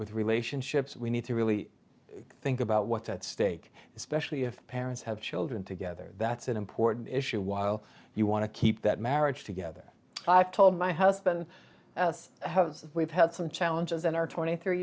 with relationships we need to really think about what's at stake especially if parents have children together that's an important issue while you want to keep that marriage together i've told my husband we've had some challenges in our twenty three